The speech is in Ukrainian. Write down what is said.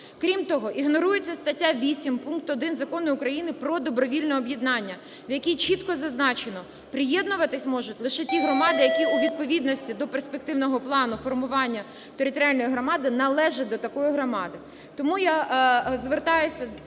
Крім того, ігнорується стаття 8 пункту 1 Закону України про добровільне об'єднання, в якій чітко зазначено, приєднуватися можуть лише ті громади, які у відповідності до перспективного плану формування територіальної громади належить до такої громади.